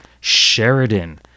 Sheridan